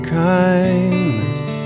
kindness